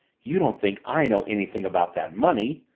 you don't think i know anything about that money?